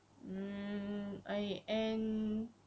mm I end